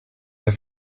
der